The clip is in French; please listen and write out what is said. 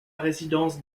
résidence